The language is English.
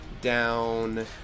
down